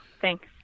Thanks